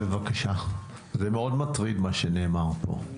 מאוד מטריד מה שנאמר פה.